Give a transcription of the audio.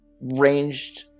ranged